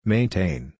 Maintain